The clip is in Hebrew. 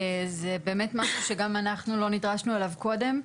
זה באמת משהו שגם אנחנו נדרשנו אליו קודם.